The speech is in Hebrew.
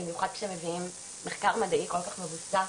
במיוחד כשמביאים מחקר מדעי כל כך מבוסס,